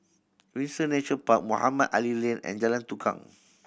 Windsor Nature Park Mohamed Ali Lane and Jalan Tukang